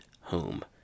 home